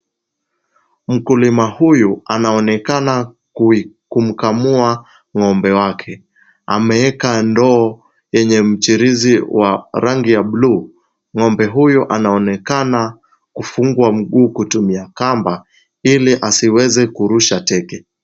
Mkulima huyu anaonekana kumkamua ng'ombe wake ,ameeka ndoo yenye mchirizi wa rangi ya buluu. Ng'ombe huyo anaonekana kufungwa mguu kutumia kamba ili asiweze kurusha teke.